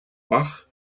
bach